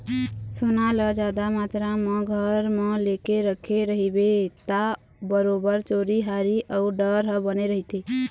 सोना ल जादा मातरा म घर म लेके रखे रहिबे ता बरोबर चोरी हारी अउ डर ह बने रहिथे